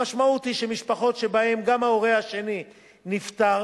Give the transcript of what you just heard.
המשמעות היא שבמשפחות שבהן גם ההורה השני נפטר,